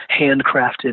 handcrafted